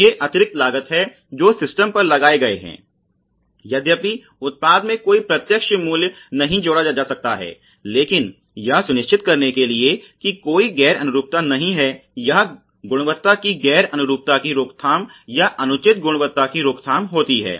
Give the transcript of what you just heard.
तो ये अतिरिक्त लागत हैं जो सिस्टम पर लगाए गए हैं यद्यपि उत्पाद में कोई प्रत्यक्ष मूल्य नहीं जोड़ा जा सकता है लेकिन यह सुनिश्चित करने के लिए कि कोई गैर अनुरूपता नहीं है यह गुणवत्ता की गैर अनुरूपता की रोकथाम या अनुचित गुणवत्ता की रोकथाम होती है